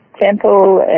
temple